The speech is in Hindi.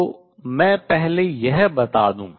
तो मैं पहले यह बता दूं